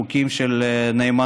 חוקים של נאמנות.